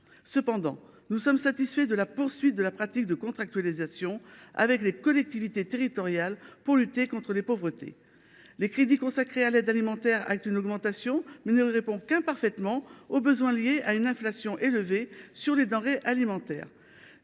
Cependant, nous sommes satisfaits de la poursuite de la pratique de contractualisation avec les collectivités territoriales pour lutter contre les pauvretés. Les crédits consacrés à l’aide alimentaire connaissent une augmentation, mais cela ne répond qu’imparfaitement aux besoins liés à une inflation élevée sur les denrées alimentaires.